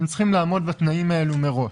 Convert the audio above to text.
הם צריכים לעמוד בתנאים האלו מראש.